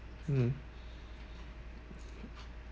mm